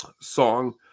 song